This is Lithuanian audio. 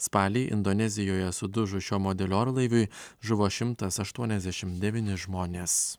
spalį indonezijoje sudužus šio modelio orlaiviui žuvo šimtas aštuoniasdešimt devyni žmonės